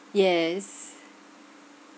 yes